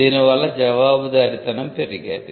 దీని వల్ల జవాబుదారీతనం పెరిగేది